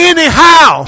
Anyhow